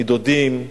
מדודים,